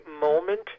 moment